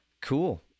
Cool